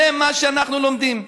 זה מה שאנחנו לומדים.